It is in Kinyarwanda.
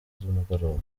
z’umugoroba